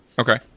Okay